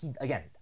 Again